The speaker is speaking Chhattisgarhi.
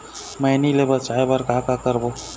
मैनी ले बचाए बर का का करबो?